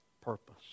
purpose